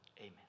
Amen